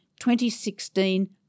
2016